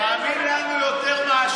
תאמין לנו יותר מאשר,